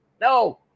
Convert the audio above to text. No